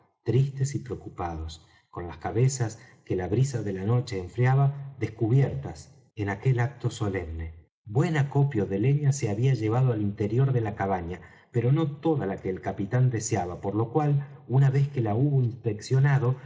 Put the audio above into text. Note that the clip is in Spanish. tristes y preocupados con las cabezas que la brisa de la noche enfriaba descubiertas en aquel acto solemne buen acopio de leña se había llevado al interior de la cabaña pero no toda la que el capitán deseaba por lo cual una vez que la hubo inspeccionado